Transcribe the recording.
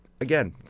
again